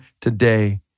today